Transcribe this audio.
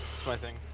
it's my thing.